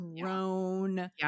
grown